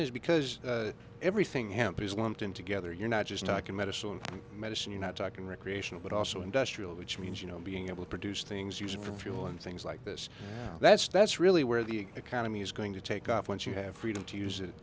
is because everything hampers lumped in together you're not just talking medicine and medicine you're not talking recreational but also industrial which means you know being able to produce things used for fuel and things like this that's that's really where the economy's going to take off once you have freedom to use it